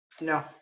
No